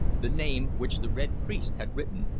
the name which the red priest had written.